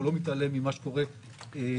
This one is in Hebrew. הוא לא מתעלם ממה שקורה בנתב"ג